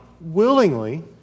willingly